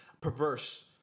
perverse